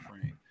frame